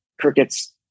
crickets